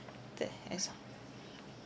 there as orh